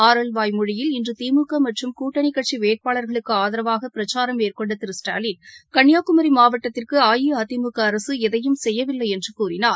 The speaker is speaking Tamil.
ஆரல்வாய்மொழியில் இன்று திமுக மற்றும் கூட்டணி கட்சி வேட்பாளர்களுக்கு ஆதரவாக பிரச்சாரம் மேற்கொன்ட திரு ஸ்டாலின் கன்னியாகுமரி மாவட்டத்திற்கு அஇஅதிமுக அரசு எதையும் செய்யவில்லை என்று கூறினார்